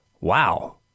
wow